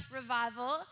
revival